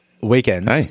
weekends